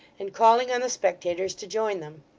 and calling on the spectators to join them.